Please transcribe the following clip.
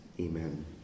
Amen